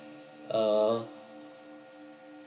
uh